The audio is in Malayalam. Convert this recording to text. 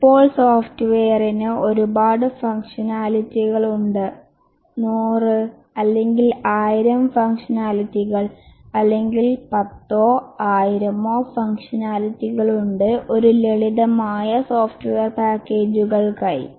ഇപ്പോൾ സോഫ്റ്റ്വെയറിന് ഒരുപാട് ഫംഗ്ഷണാലിറ്റികൾ ഉണ്ട് 100 അല്ലെങ്കിൽ 1000 ഫംഗ്ഷണാലിറ്റികൾ അല്ലെങ്കിൽ 10 ഓ 1000 മോ ഫംഗ്ഷനാലിറ്റികൾ ഉണ്ട് ഒരു ലളിതമായ സോഫ്റ്റ്വെയർ പാക്കേജുകൾക്കായി